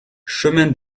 chemin